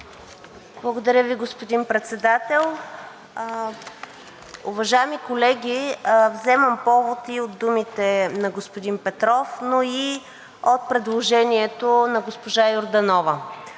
Благодаря Ви, господин Председател. Уважаеми колеги, вземам повод и от думите на господин Петров, но и от предложението на госпожа Йорданова.